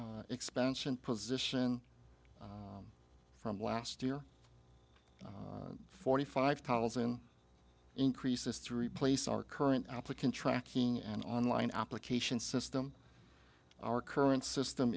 expansion position from last year forty five thousand increases to replace our current applicant tracking and online application system our current system